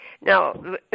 now